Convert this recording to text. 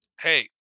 Hey